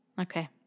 Okay